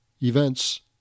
events